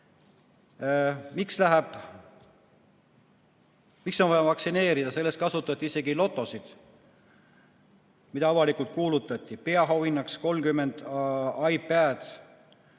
hiljem. Miks on vaja vaktsineerida? Selleks kasutati isegi lotosid, mida avalikult kuulutati, peaauhinnaks 30 iPadi,